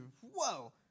whoa